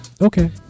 Okay